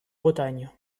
bretagne